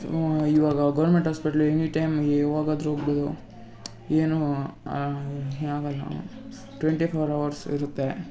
ಇವಾಗ government hospital any time ಯಾವಾಗಾದರೂ ಹೋಗ್ಬೌದು ಏನು ಆಗೋಲ್ಲ ಟ್ವೆಂಟಿ ಫೋರ್ ಅವರ್ಸ್ ಇರುತ್ತೆ